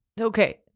Okay